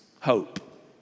Hope